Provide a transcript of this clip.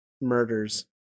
murders